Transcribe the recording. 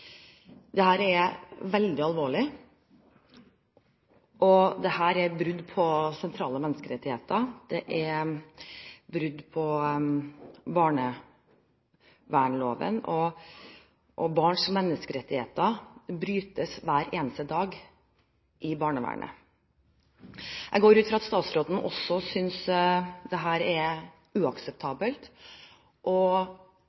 er veldig alvorlig. Det er brudd på sentrale menneskerettigheter, det er brudd på barnevernsloven, og barns menneskerettigheter brytes hver eneste dag i barnevernet. Jeg går ut fra at også statsråden synes dette er uakseptabelt, og